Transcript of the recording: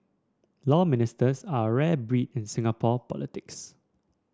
Law Ministers are a rare breed in Singapore politics